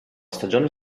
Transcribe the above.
stagione